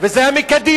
וזה היה מקדימה,